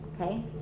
okay